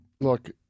Look